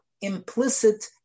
implicit